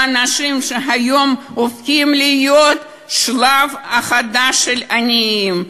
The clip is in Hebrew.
לאנשים שהיום הופכים להיות השלב החדש של העניים.